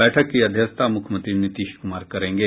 बैठक की अध्यक्षता मुख्यमंत्री नीतीश कुमार करेंगे